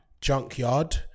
junkyard